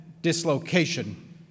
dislocation